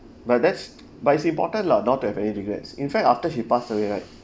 but that's but is important lah not to have any regrets in fact after she passed away right